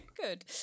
Good